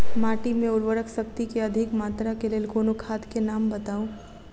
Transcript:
माटि मे उर्वरक शक्ति केँ अधिक मात्रा केँ लेल कोनो खाद केँ नाम बताऊ?